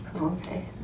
Okay